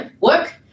work